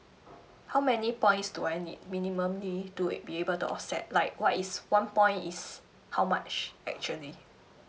how many points do I need minimum it be able to offset like what is one point is how much actually